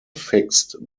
fixed